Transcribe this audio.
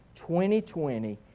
2020